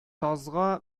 тазга